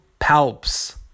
palps